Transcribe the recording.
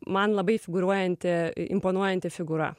man labai figūruojanti imponuojanti figūra